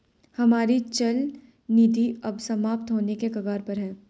हमारी चल निधि अब समाप्त होने के कगार पर है